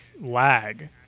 lag